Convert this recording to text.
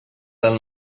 del